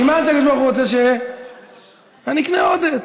סימן שהקדוש ברוך הוא רוצה שאני אקנה עוד עט.